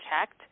checked